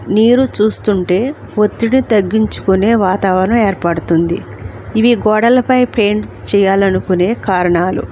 నీరు చూస్తుంటే ఒత్తిడి తగ్గించుకునే వాతావరణం ఏర్పడుతుంది ఇవి గోడలపై పెయింట్ చేయాలనుకునే కారణాలు